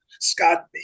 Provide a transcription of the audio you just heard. scott